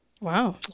Wow